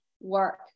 work